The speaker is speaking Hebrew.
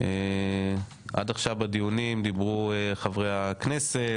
עד עכשיו בדיונים דיברו חברי הכנסת,